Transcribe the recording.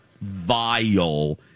vile